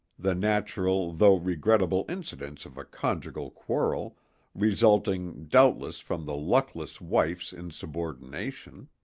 the natural though regrettable incidents of a conjugal quarrel resulting, doubtless, from the luckless wife's insubordination.